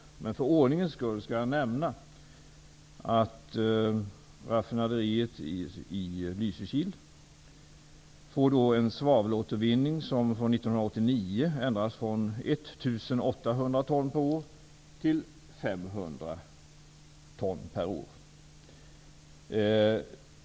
Men för ordningens skull skall jag nämna att raffinaderiet i Lysekil har en svavelåtervinning som sedan 1989 har ändrats från 1 800 ton per år till 500 ton per år.